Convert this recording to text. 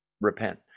repent